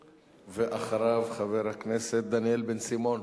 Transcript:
ואחריו, חבר הכנסת דניאל בן-סימון.